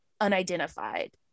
unidentified